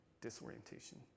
disorientation